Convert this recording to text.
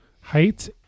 Height